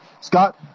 Scott